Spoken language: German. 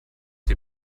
die